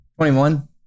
21